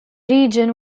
region